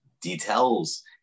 details